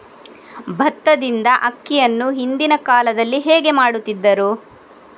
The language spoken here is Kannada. ಭತ್ತದಿಂದ ಅಕ್ಕಿಯನ್ನು ಹಿಂದಿನ ಕಾಲದಲ್ಲಿ ಹೇಗೆ ಮಾಡುತಿದ್ದರು?